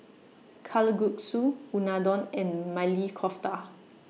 Kalguksu Unadon and Maili Kofta